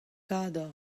kador